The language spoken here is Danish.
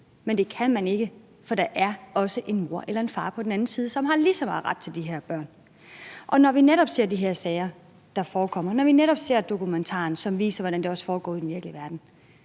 Men det kan man ikke, for der er også en mor eller en far på den anden side, som har lige så meget ret til de her børn. Når vi netop ser de her sager, der forekommer, når vi netop ser dokumentaren, som viser, hvordan det også foregår i den virkelige verden,